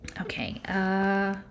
Okay